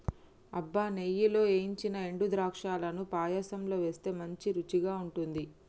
అబ్బ నెయ్యిలో ఏయించిన ఎండు ద్రాక్షలను పాయసంలో వేస్తే మంచి రుచిగా ఉంటుంది